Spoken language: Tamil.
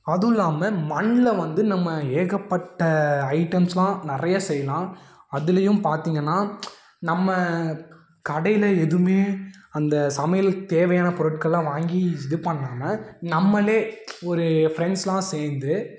அது இல்லாமல் மண்ணில் வந்து நம்ம ஏகப்பட்ட ஐயிட்டம்ஸ்யெலாம் நிறையா செய்யலாம் அதுலேயும் பார்த்திங்கனா நம்ம கடையில் எதுவுமே அந்த சமையல் தேவையான பொருட்களெலாம் வாங்கி இது பண்ணாமல் நம்மளே ஒரு ஃப்ரெண்ட்ஸ்யெலாம் சேர்ந்து